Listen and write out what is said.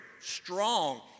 strong